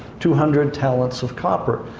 two hundred talents of copper.